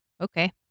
okay